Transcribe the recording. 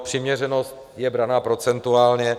Přiměřenost je braná procentuálně.